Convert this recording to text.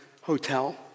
hotel